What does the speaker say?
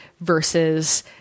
versus